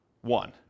one